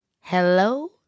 Hello